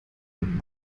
und